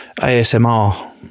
ASMR